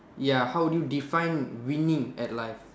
ya how would you define winning at life